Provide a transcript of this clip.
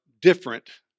different